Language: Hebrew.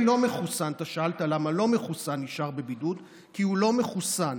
מחוסן שנחשף למאומת לא צריך להיכנס לבידוד אלא הוא צריך לעשות בדיקה,